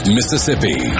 Mississippi